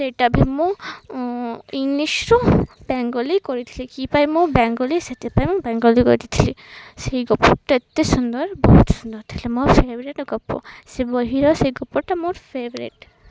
ସେଇଟା ବି ମୁଁ ଇଂଲିଶରୁ ବେଙ୍ଗଲୀ କରିଥିଲି କିପାଇଁ ମୁଁ ବେଙ୍ଗଲୀ ସେଥିପାଇଁ ମୁଁ ବେଙ୍ଗଲୀ କରିଦେଇଥିଲି ସେଇ ଗପଟା ଏତେ ସୁନ୍ଦର ବହୁତ ସୁନ୍ଦର ଥିଲା ମୋ ଫେଭରେଟ ଗପ ସେ ବହିର ସେଇ ଗପଟା ମୋର ଫେଭରେଟ